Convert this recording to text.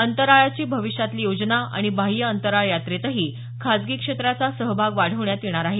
अंतराळाची भविष्यातली योजना आणि बाह्य अंतराळ यात्रेतही खासगी क्षेत्राचा सहभाग वाढवण्यात येणार आहे